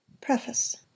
Preface